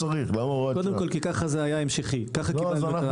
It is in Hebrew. ככה קיבלנו את זה.